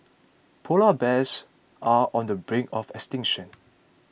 Polar Bears are on the brink of extinction